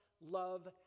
love